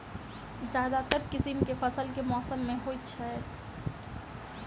ज्यादातर किसिम केँ फसल केँ मौसम मे होइत अछि?